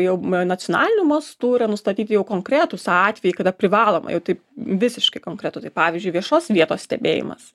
jau nacionaliniu mastu yra nustatyti jau konkretūs atvejai kada privaloma jau taip visiškai konkretu tai pavyzdžiui viešos vietos stebėjimas